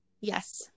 yes